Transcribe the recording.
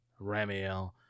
Ramiel